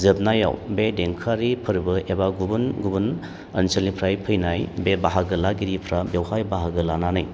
जोबनायाव बे देंखोआरि फोरबो एबा गुबुन गुबुन ओनसोलनिफ्राय फैनाय बे बाहागो लागिरिफ्रा बेवहाय बाहागो लानानै